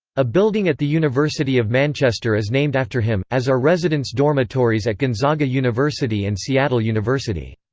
a building at the university of manchester is named after him, as are residence dormitories at gonzaga university and seattle university.